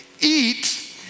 Eat